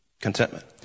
Contentment